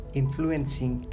influencing